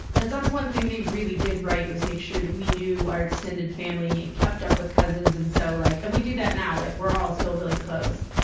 cause that's one thing they really did right, was make sure that we knew our extended family, kept up with cousins, and so, like and we do that now. like, we're all still really close.